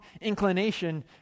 inclination